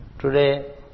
Today